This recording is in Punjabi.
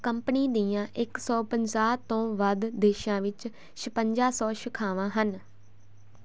ਕੰਪਨੀ ਦੀਆਂ ਇੱਕ ਸੌ ਪੰਜਾਹ ਤੋਂ ਵੱਧ ਦੇਸ਼ਾਂ ਵਿੱਚ ਛਪੰਜਾ ਸੌ ਸ਼ਾਖਾਵਾਂ ਹਨ